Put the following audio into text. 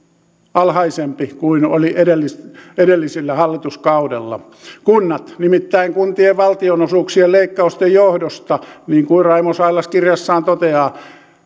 alhaisempi kuin oli edellisellä edellisellä hallituskaudella nimittäin kuntien valtionosuuksien leikkausten johdosta niin kuin raimo sailas kirjassaan toteaa